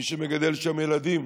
מי שמגדל שם ילדים,